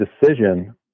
decision